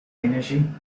energie